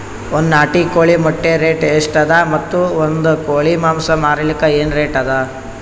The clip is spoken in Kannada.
ಒಂದ್ ನಾಟಿ ಕೋಳಿ ಮೊಟ್ಟೆ ಎಷ್ಟ ರೇಟ್ ಅದ ಮತ್ತು ಒಂದ್ ಕೋಳಿ ಮಾಂಸ ಮಾರಲಿಕ ಏನ ರೇಟ್ ಅದ?